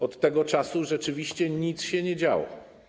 Od tego czasu rzeczywiście nic się nie działo.